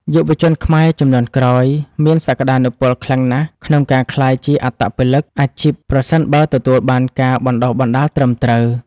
យុវជនខ្មែរជំនាន់ក្រោយមានសក្ដានុពលខ្លាំងណាស់ក្នុងការក្លាយជាអត្តពលិកអាជីពប្រសិនបើទទួលបានការបណ្ដុះបណ្ដាលត្រឹមត្រូវ។